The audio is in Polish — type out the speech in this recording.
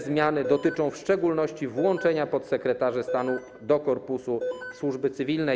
Zmiany dotyczą w szczególności włączenia podsekretarzy stanu do korpusu służby cywilnej.